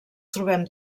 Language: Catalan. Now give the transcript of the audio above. trobem